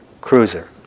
cruiser